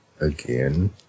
again